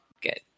Good